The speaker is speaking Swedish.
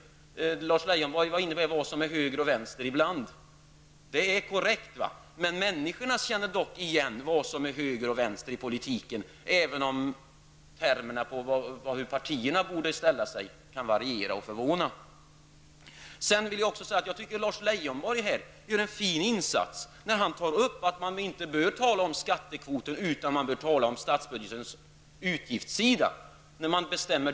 Lars Leijonborg var inne på det här med höger och vänster. Människorna känner igen vad som är höger och vänster även om termerna för hur partierna borde ställa sig kan variera och förvåna. Lars Leijonborg gör en fin insats när han säger att man inte bör tala om skattekvoten, utan om statsbudgetens utgiftssida.